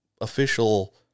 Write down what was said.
official